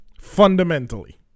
Fundamentally